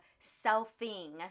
selfing